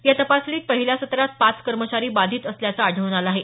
या तपासणीत पहिल्या सत्रात पाच कर्मचारी बाधित असल्याचं आढळून आलं आहेत